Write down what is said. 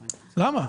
למה?